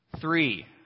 Three